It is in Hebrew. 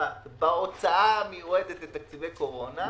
2021 בהוצאה המיועדת לתקציבי קורונה,